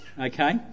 Okay